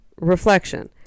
reflection